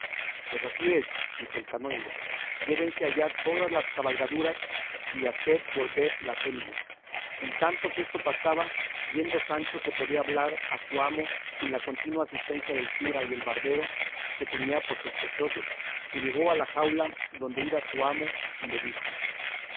pues así es dijo el canónigo llévense allá todas las cabalgaduras y haced volver la acémila en tanto que esto pasaba viendo sancho que podía hablar a su amo sin la continua asistencia del cura y el barbero que tenía por sospechosos se llegó a la jaula donde iba su amo y le dijo